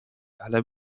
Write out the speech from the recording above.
ale